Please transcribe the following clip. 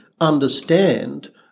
understand